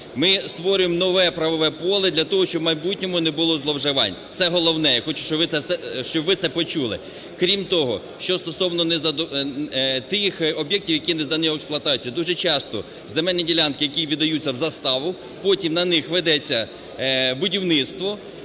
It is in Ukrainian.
Ми створюємо нове правове поле для того, щоб в майбутньому не було зловживань. Це головне, і я хочу, щоб ви це почули. Крім того, що стосовно тих об'єктів, які не здані в експлуатацію. Дуже часто земельні ділянки, які віддаються в заставу, потім на них ведеться будівництво,